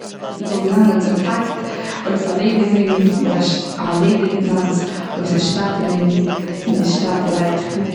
איך וואלט געגאנגען צום טאקט. אויב ס'איז א לעבעדיגע ניגון, מער א ש' לעבעדיגע טאנץ, אויב ס'א שטייטע ניגון מער שטייטערהייט.